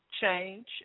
Change